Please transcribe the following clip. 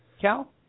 Cal